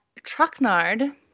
Trucknard